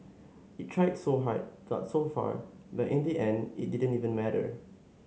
it tried so hard got so far but in the end it didn't even matter